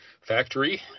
factory